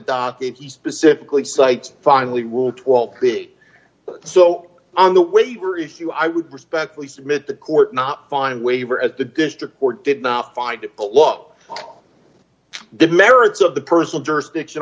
dot he specifically cites finally rule twelve big so on the waiver issue i would respectfully submit the court not find waiver at the district court did not find it a lot of the merits of the person jurisdiction